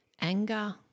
anger